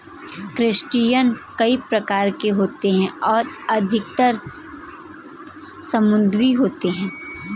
crustacean कई प्रकार के होते हैं और अधिकतर समुद्री होते हैं